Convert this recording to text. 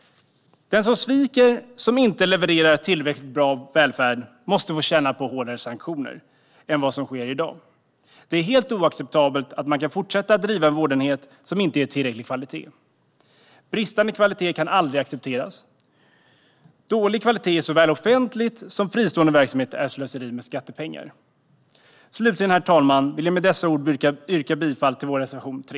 Den som sviker, som inte levererar tillräckligt bra välfärd, måste få känna på hårdare sanktioner än vad som sker i dag. Det är helt oacceptabelt att man kan fortsätta driva en vårdenhet som inte håller tillräcklig kvalitet. Bristande kvalitet kan aldrig accepteras. Dålig kvalitet i såväl offentlig som fristående verksamhet är slöseri med skattepengar. Slutligen, herr talman, vill jag med dessa ord yrka bifall till vår reservation 3.